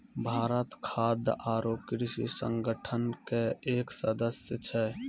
भारत खाद्य आरो कृषि संगठन के एक सदस्य छै